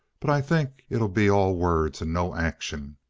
but i think it'll be all words and no action.